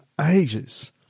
ages